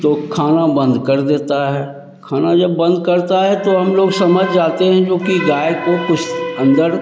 तो खाना बंद कर देता है खाना जब बंद करता है तो हम लोग समझ जाते हैं जोकि गाय को कुछ अंदर